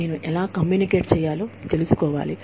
నేను ఎలా కమ్యూనికేట్ చేయాలో తెలుసుకోవాలి